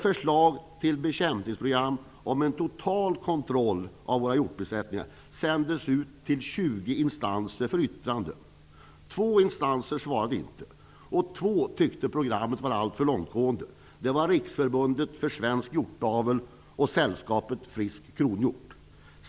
Förslaget till bekämpningsprogram med en total kontroll av våra hjortbesättningar sändes ut till 20 instanser för yttrande. Två instanser svarade inte, och två instanser tyckte att programmet var alltför långtgående. Det var Riksförbundet för svensk hjortavel och Sällskapet Frisk kronhjort.